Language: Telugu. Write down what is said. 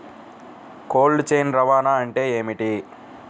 కోల్డ్ చైన్ రవాణా అంటే ఏమిటీ?